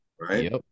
Right